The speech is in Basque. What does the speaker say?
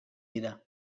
dira